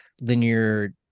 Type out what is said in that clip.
linear